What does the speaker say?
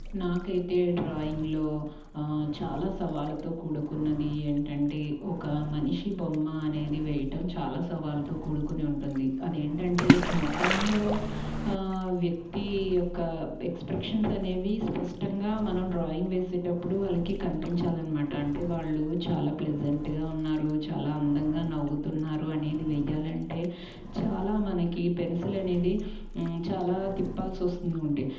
నాకైతే డ్రాయింగ్లో చాలా సవాళ్ళతో కూడుకున్నది ఏంటంటే ఒక మనిషి బొమ్మ అనేది వేయటం చాలా సవాళ్ళతో కూడుకుని ఉంటుంది అది ఏంటంటే ముఖంలో వ్యక్తి యొక్క ఎక్స్ప్రెషన్స్ అనేవి స్పష్టంగా మనం డ్రాయింగ్ వేసేటప్పుడు వాళ్ళకి కనిపించాలి అన్నమాట అంటే వాళ్ళు చాలా ప్లెజెంట్గా ఉన్నారు చాలా అందంగా నవ్వుతున్నారు అనేదివేయాలి అంటే చాలా మనకి పెన్సిల్ అనేది చాలా తిప్పాల్సి వస్తు ఉండే